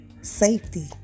safety